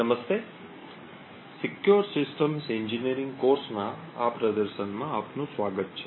નમસ્તે secure systems engineering કોર્સના આ પ્રદર્શનમાં આપનું સ્વાગત છે